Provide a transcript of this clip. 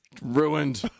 Ruined